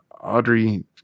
Audrey